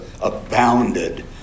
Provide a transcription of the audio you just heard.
abounded